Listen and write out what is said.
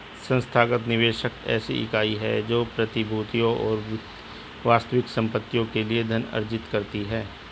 संस्थागत निवेशक ऐसी इकाई है जो प्रतिभूतियों और वास्तविक संपत्तियों के लिए धन अर्जित करती है